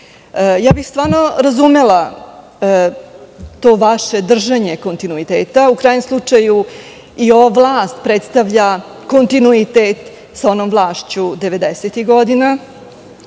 bih razumela to vaše držanje kontinuiteta. U krajnjem slučaju i ova vlast predstavlja kontinuitet sa onom vlašću devedesetih